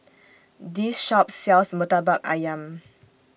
This Shop sells Murtabak Ayam